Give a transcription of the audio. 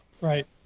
Right